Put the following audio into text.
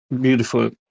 beautiful